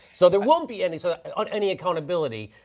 so there won't be any so any accountability.